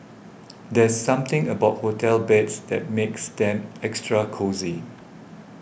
there's something about hotel beds that makes them extra cosy